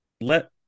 let